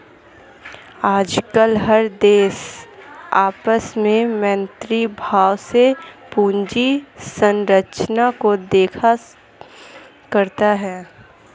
आजकल हर देश आपस में मैत्री भाव से पूंजी संरचना को देखा करता है